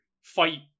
fight